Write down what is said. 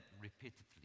repeatedly